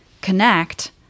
connect